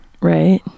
right